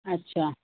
अच्छा